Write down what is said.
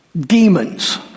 demons